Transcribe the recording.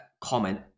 comment